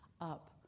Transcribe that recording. up